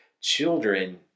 children